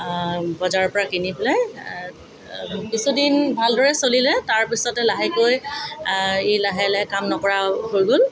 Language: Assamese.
বজাৰৰ পৰা কিনি পেলাই কিছুদিন ভালদৰে চলিলে তাৰপিছতে লাহেকৈ ই লাহে লাহে কাম নকৰা হৈ গ'ল